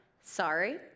Sorry